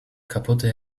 kaputte